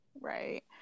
Right